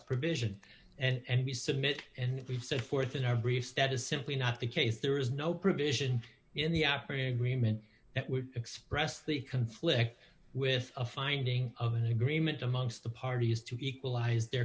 provision and we submit and we've set forth in our briefs that is simply not the case there is no provision in the operating agreement that would express the conflict with a finding of an agreement amongst the party used to equalize their